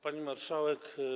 Pani Marszałek!